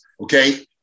Okay